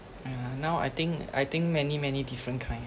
!aiya! now I think I think many many different kind